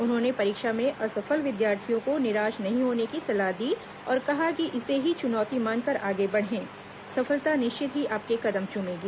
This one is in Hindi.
उन्होंने परीक्षा में असफल विद्यार्थियों को निराश नहीं होने की सलाह दी और कहा कि इसे ही चुनौती मानकर आगे बढ़ें सफलता निश्चित ही आपके कदम चुमेगी